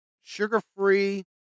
sugar-free